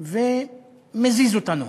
ומזיז אותנו.